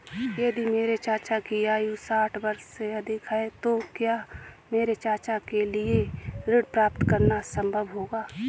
यदि मेरे चाचा की आयु साठ वर्ष से अधिक है तो क्या मेरे चाचा के लिए ऋण प्राप्त करना संभव होगा?